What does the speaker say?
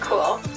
cool